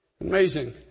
Amazing